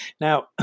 Now